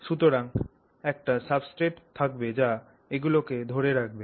সুতরাং একটা সাবস্ট্রেট থাকবে যা এগুলোকে ধরে রাখবে